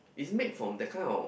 it's made from that kind of